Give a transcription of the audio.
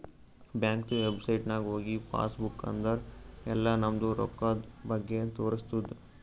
ಬ್ಯಾಂಕ್ದು ವೆಬ್ಸೈಟ್ ನಾಗ್ ಹೋಗಿ ಪಾಸ್ ಬುಕ್ ಅಂದುರ್ ಎಲ್ಲಾ ನಮ್ದು ರೊಕ್ಕಾದ್ ಬಗ್ಗೆ ತೋರಸ್ತುದ್